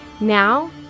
Now